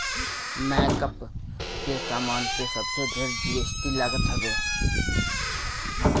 makeup के सामान पे सबसे ढेर जी.एस.टी लागल हवे